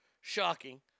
Shocking